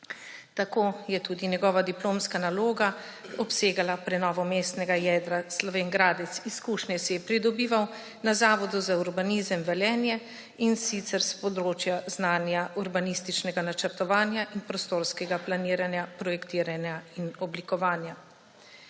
Tako je tudi njegova diplomska naloga obsegala prenovo mestnega jedra Slovenj Gradec. Izkušnje si je pridobival na Zavodu za urbanizem Velenje, in sicer s področja znanja urbanističnega načrtovanja in prostorskega planiranja, projektiranja in oblikovanja.